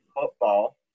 football